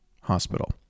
Hospital